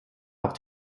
auch